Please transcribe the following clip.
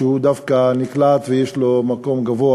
שדווקא נקלט ויש לו מקום גבוה